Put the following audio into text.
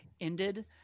ended